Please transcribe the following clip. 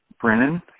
Brennan